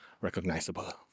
recognizable